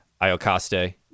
Iocaste